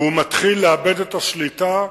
והוא מתחיל לאבד את השליטה.